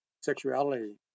sexuality